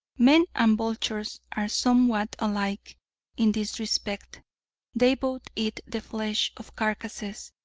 men and vultures are somewhat alike in this respect they both eat the flesh of carcasses.